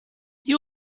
you